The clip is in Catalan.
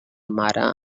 mare